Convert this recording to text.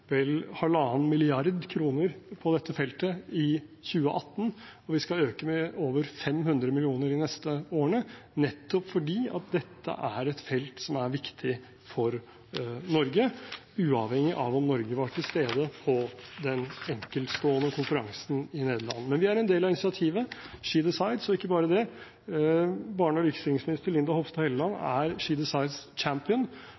vel halvannen milliard kroner på dette feltet i 2018, og vi skal øke med over 500 mill. kr de neste årene, nettopp fordi dette er et felt som er viktig for Norge, uavhengig av om Norge var til stede på den enkeltstående konferansen i Nederland. Men vi er en del av initiativet She Decides – og ikke bare det, barne- og likestillingsminister Linda C. Hofstad Helleland